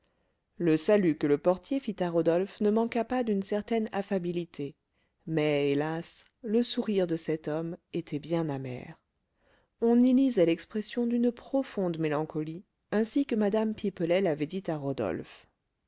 le salut que le portier fit à rodolphe ne manqua pas d'une certaine affabilité mais hélas le sourire de cet homme était bien amer on y lisait l'expression d'une profonde mélancolie ainsi que mme pipelet l'avait dit à rodolphe